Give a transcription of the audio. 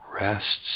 rests